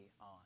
on